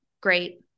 Great